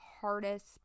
hardest